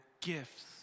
gifts